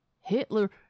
Hitler